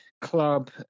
club